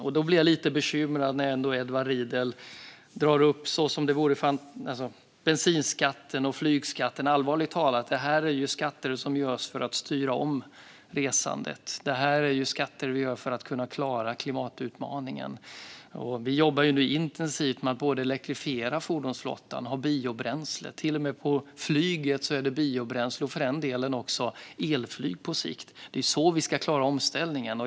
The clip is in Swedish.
Jag blir därför lite bekymrad när Edward Riedl drar upp bensinskatten och flygskatten. Allvarligt talat: Det här är skatter som införs för att styra om resandet. Det är skatter vi inför för att kunna klara klimatutmaningen. Vi jobbar nu intensivt både med att elektrifiera fordonsflottan och med biobränsle. Till och med på flyget är det biobränsle och för den delen också elflyg på sikt. Det är så vi ska klara omställningen.